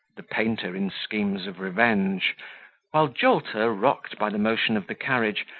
the painter in schemes of revenge while jolter, rocked by the motion of the carriage,